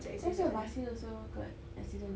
that's why basil also got accident